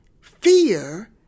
Fear